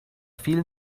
vielen